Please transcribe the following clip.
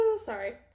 Sorry